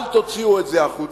אל תוציאו את זה החוצה.